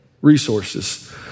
resources